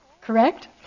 correct